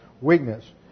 weakness